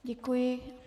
Děkuji.